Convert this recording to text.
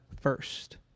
first